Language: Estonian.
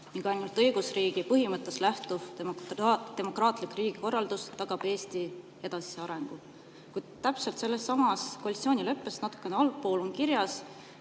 ning et ainult õigusriigi põhimõttest lähtuv demokraatlik riigikorraldus tagab Eesti edasise arengu. Kuid täpselt sellessamas koalitsioonileppes natukene allpool on kirjas,